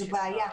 זאת בעיה.